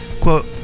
quote